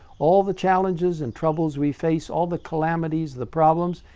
all the challenges and troubles we face, all the calamities, the problems,